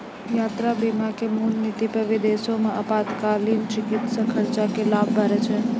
यात्रा बीमा के मूल नीति पे विदेशो मे आपातकालीन चिकित्सा खर्च के भार लै छै